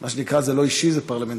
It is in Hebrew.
מה שנקרא "זה לא אישי, זה פרלמנטרי".